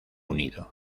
unido